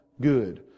good